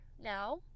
now